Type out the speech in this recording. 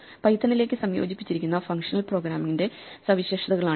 പൈത്തണിലേക്ക് സംയോജിപ്പിച്ചിരിക്കുന്ന ഫംഗ്ഷണൽ പ്രോഗ്രാമിംഗിന്റെ സവിശേഷതകളാണിത്